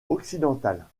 occidentale